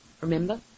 remember